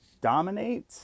dominate